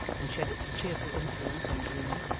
and shed its cheerful influence on the room.